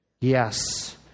Yes